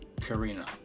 Karina